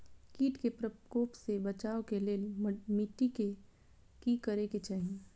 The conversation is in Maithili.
किट के प्रकोप से बचाव के लेल मिटी के कि करे के चाही?